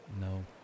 No